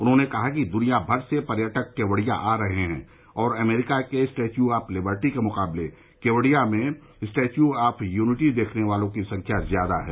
उन्होंने कहा कि दुनियाभर से पर्यटक केवड़िया आ रहे हैं और अमरीका के स्टैच्यू ऑफ़ लिबर्टी के मुकाबले केवडिया में स्टैच्यू ऑफ यूनिटी देखने वालों की संख्या ज़्यादा है